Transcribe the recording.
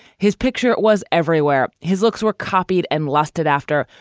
his picture was everywhere. his looks were copied and lusted after.